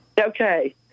Okay